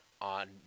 on